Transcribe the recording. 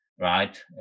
Right